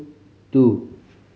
two